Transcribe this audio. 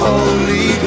Holy